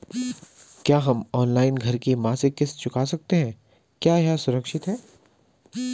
क्या हम ऑनलाइन घर की मासिक किश्त चुका सकते हैं क्या यह सुरक्षित है?